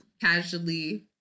casually